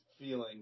feeling